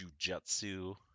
jujutsu